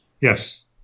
Yes